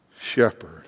shepherd